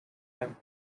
have